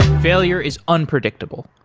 failure is unpredictable.